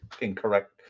incorrect